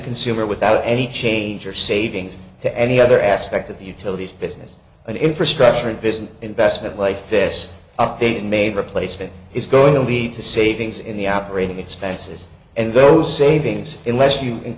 consumer without any change or savings to any other aspect of the utilities business and infrastructure and business investment like this update and maybe replacement is going to lead to savings in the operating expenses and those savings in less you